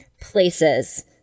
places